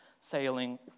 sailing